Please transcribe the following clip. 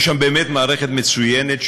יש שם באמת מערכת מצוינת,